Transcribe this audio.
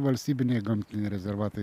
valstybiniai gamtiniai rezervatai